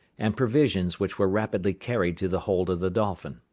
and provisions which were rapidly carried to the hold of the dolphin.